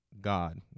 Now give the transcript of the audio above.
God